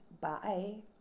bye